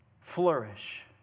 flourish